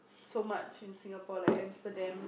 so much in Singapore like Amsterdam